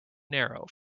narrow